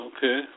Okay